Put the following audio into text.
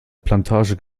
plantage